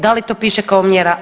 Da li to piše kao mjera?